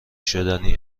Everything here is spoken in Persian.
شدنی